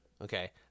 okay